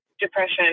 depression